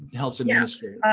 helps administer it.